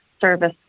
service